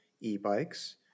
e-bikes